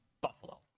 Buffalo